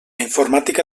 informàtica